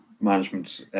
management